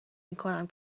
میکنم